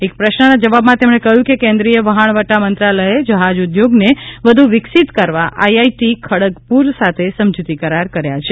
એક પ્રશ્નના જવાબમાં તેમણે કહ્યું કે કેન્દ્રીય વહાણવટા મંત્રાલયે જહાજ ઉદ્યોગને વધુ વિકસિત કરવા આઈઆઈટી ખડગપુર સાથે સમજુતી કરાર કર્યા છે